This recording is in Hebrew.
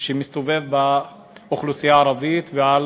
שמסתובב באוכלוסייה הערבית, על